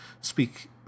speak